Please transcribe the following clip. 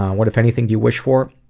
what, if anything, do you wish for?